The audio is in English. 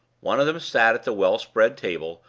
one of them sat at the well-spread table,